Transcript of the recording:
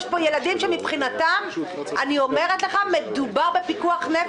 יש פה ילדים שמבחינתם מדובר בפיקוח נפש.